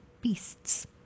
beasts